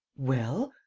well?